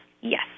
Yes